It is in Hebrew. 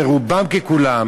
רובם ככולם